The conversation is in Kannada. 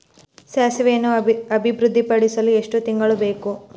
ಸಾಸಿವೆಯನ್ನು ಅಭಿವೃದ್ಧಿಪಡಿಸಲು ಎಷ್ಟು ತಿಂಗಳು ಬೇಕು?